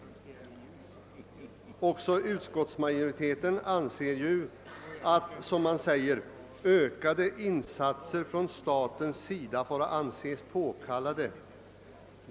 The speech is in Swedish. Också utskottsmajoriteten hyser samma uppfattning och anför bl.a. följande: »Ökade insatser från statens sida får anses påkallade.